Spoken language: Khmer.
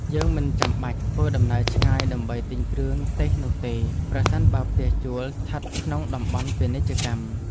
យើងមិនចាំបាច់ធ្វើដំណើរឆ្ងាយដើម្បីទិញគ្រឿងទេសនោះទេប្រសិនបើផ្ទះជួលស្ថិតក្នុងតំបន់ពាណិជ្ជកម្ម។